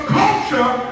culture